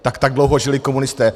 Tak tak dlouho žili komunisté.